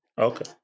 Okay